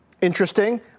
Interesting